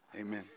Amen